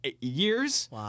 years